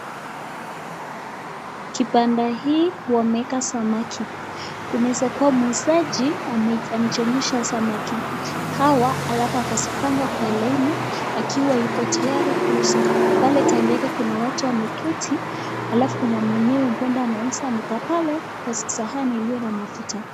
Kibanda hii wameweka samaki ,kunaweza kuwa muuzaji amechemsha samaki hawa alafu akazipanga kwa laini akiwa yuko tayari kuuza. Pale kando yake kuna watu wameketi alafu kuna mwenyewe tunamwona anauza ,amekaa pale kwa sahani iliyo na mafuta.